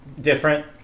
different